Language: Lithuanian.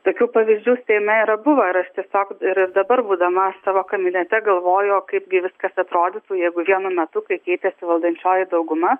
tokių pavyzdžių seime yra buvę ir aš tiesiog ir dabar būdama savo kabinete galvoju o kaipgi viskas atrodytų jeigu vienu metu kai keitėsi valdančioji dauguma